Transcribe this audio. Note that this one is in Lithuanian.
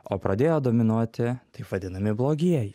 o pradėjo dominuoti taip vadinami blogieji